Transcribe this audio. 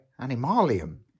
Animalium